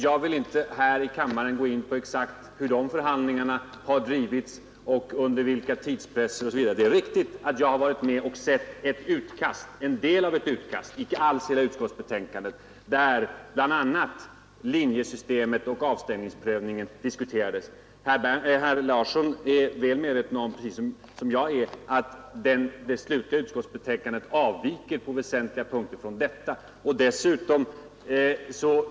Jag vill inte här i kammaren gå in på exakt hur de har drivits, under vilken tidspress osv. Det är också riktigt att jag har sett en del av ett utkast, inte hela betänkandet, där bl.a. linjesystemet och avstängningsprövningen diskuterades. Herr Larsson är väl medveten om att det slutliga utskottsbetänkandet på väsentliga punkter avviker från detta utkast.